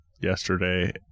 yesterday